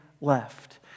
left